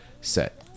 set